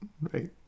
right